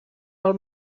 pel